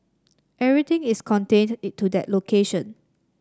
everything is contained to that location